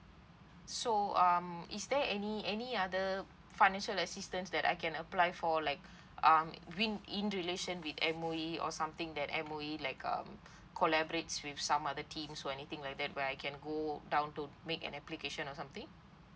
so um is there any any other financial assistance that I can apply for like um win in relation with M_O_E or something that M_O_E like um collaborates with some other team or anything like that where I can go down to make an application or something